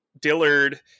Dillard